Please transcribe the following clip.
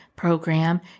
program